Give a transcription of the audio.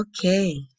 okay